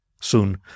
Soon